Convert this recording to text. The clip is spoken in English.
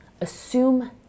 assume